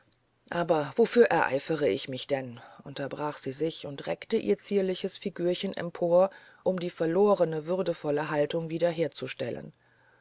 aber wofür ereifere ich mich denn unterbrach sie sich und reckte ihr zierliches figürchen empor um die verlorene würdevolle haltung wiederherzustellen